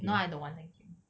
no I don't want thank you